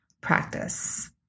practice